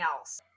else